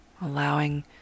allowing